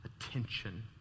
attention